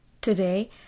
Today